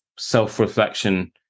self-reflection